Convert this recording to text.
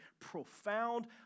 profound